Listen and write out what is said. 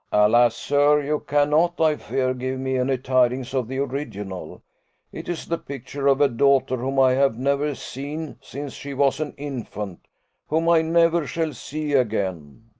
alas! sir, you cannot, i fear, give me any tidings of the original it is the picture of a daughter, whom i have never seen since she was an infant whom i never shall see again.